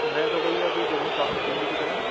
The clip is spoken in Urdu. میں تو بھیا ابھی ادھر ہوں ساؤتھ دلی کی طرف